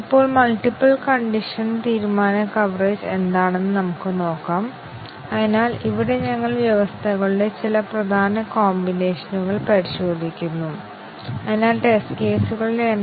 നമുക്ക് മൂന്ന് ആറ്റോമിക് കണ്ടിഷനുകൾ ഉണ്ടെങ്കിൽ നമുക്ക് 8 23 ആവശ്യമാണ് അത് 8 ടെസ്റ്റ് കേസുകൾ ശരി ശരി ശരി ശരി ശരി തെറ്റ് തുടങ്ങിയവ